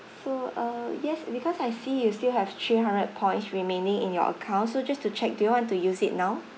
so um yes because I see you still have three hundred points remaining in your account so just to check do you want to use it now